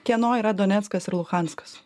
kieno yra doneckas ir luhanskas